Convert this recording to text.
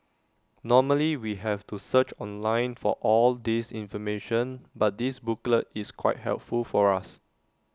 normally we have to search online for all this information but this booklet is quite helpful for us